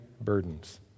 burdens